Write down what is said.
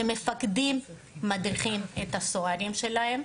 שמפקדים מדריכים את הסוהרים שלהם,